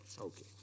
Okay